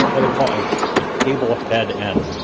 what they call a a cable headend,